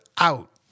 out